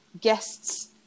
guests